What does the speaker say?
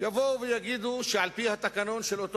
ויבואו ויגידו על-פי התקנון של אותו